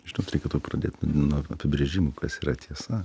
žinot reikėtų pradėt nuo apibrėžimo kas yra tiesa